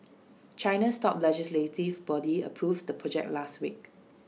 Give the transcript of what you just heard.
China's top legislative body approved the project last week